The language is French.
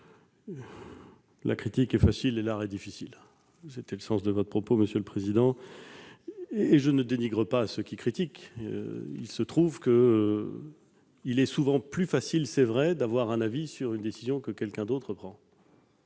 la critique est facile et l'art difficile- c'était le sens de votre propos, monsieur le sénateur. Je ne dénigre pas ceux qui critiquent ; il se trouve qu'il est souvent plus facile d'avoir un avis sur une décision que quelqu'un d'autre prend.